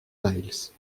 miles